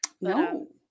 No